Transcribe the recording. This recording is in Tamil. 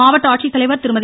மாவட்ட ஆட்சித் தலைவர் திருமதி